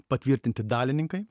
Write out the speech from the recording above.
patvirtinti dalininkai